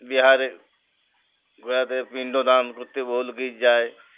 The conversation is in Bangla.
বিহারে গয়াতে পিণ্ড দান করতে বহুল গীত যায়